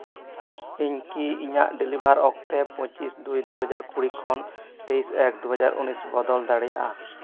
ᱤᱧ ᱠᱤ ᱤᱧᱟᱹᱜ ᱰᱮᱞᱤᱵᱷᱟᱨ ᱚᱠᱛᱮ ᱯᱚᱸᱪᱤᱥ ᱫᱩᱭ ᱫᱩ ᱦᱟᱡᱟᱨ ᱠᱩᱲᱤ ᱠᱷᱚᱱ ᱛᱮᱭᱤᱥ ᱮᱠ ᱫᱩ ᱦᱟᱡᱟᱨ ᱩᱱᱤᱥ ᱵᱚᱫᱚᱞ ᱫᱟᱲᱮᱭᱟᱜᱼᱟ